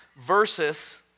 versus